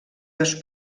dos